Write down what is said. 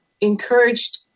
encouraged